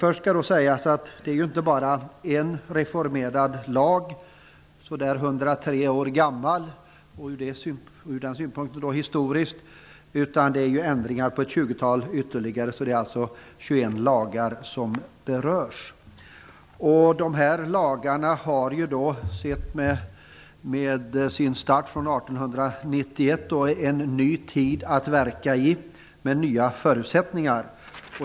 Låt mig först säga att det är inte bara en reformerad lag, ca 103 år gammal och ur den synpunkten historisk, utan det finns ändringar av ytterligare ett tjugotal. Det är alltså 21 lagar som berörs. Dessa lagar har ju en ny tid att verka i med nya förutsättningar, om man ser det från starten 1891.